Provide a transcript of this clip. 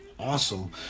Awesome